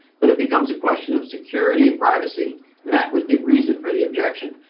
but it becomes a question of security and privacy. and that was the reason for the objection.